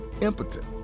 impotent